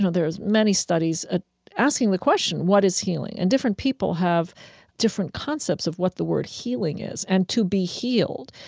ah there's many studies ah asking the question what is healing, and different people have different concepts of what the word healing is and to be healed.